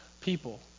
people